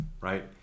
right